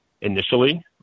initially